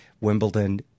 Wimbledon